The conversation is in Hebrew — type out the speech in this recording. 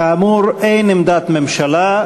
כאמור, אין עמדת ממשלה.